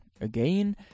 Again